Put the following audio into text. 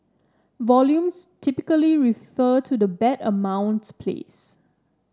volumes typically refer to the bet amounts place